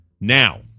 Now